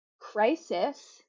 crisis